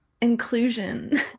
inclusion